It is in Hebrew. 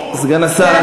סגן השר,